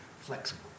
flexible